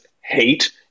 hate